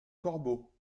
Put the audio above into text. corbeau